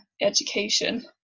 education